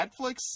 Netflix